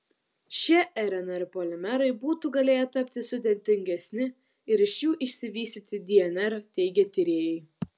šie rnr polimerai būtų galėję tapti sudėtingesni ir iš jų išsivystyti dnr teigia tyrėjai